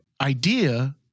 idea